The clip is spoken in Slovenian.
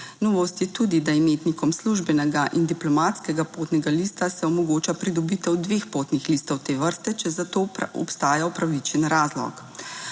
Novost je tudi, da imetnikom službenega in diplomatskega potnega lista se omogoča pridobitev dveh potnih listov te vrste, če za to obstaja upravičen razlog.